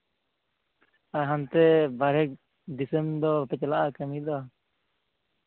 ᱟᱨ ᱦᱟᱱᱛᱮ ᱵᱟᱨᱦᱮ ᱫᱤᱥᱚᱢ ᱫᱚ ᱯᱮ ᱪᱟᱞᱟᱜᱼᱟ ᱠᱟᱹᱢᱤ ᱫᱚ